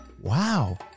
Wow